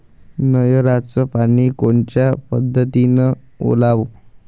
नयराचं पानी कोनच्या पद्धतीनं ओलाव?